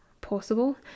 possible